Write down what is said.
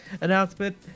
announcement